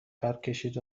پرکشید